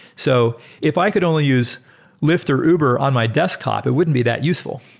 so if i could only use lyft or uber on my desktop, it wouldn't be that useful.